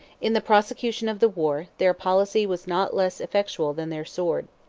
in the prosecution of the war, their policy was not less effectual than their sword.